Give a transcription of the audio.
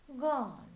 gone